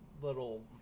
little